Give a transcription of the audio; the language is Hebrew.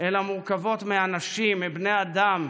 אלא הן מורכבות מאנשים, מבני אדם,